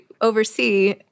oversee